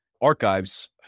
archives